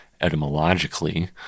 etymologically